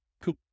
Cool